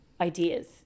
ideas